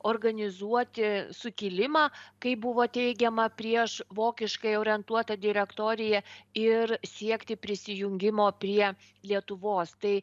organizuoti sukilimą kaip buvo teigiama prieš vokiškai orientuotą direktoriją ir siekti prisijungimo prie lietuvos tai